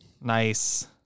Nice